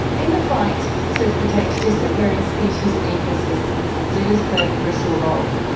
in the fight to protect disappearing species and ecosystems, zoos play a crucial role.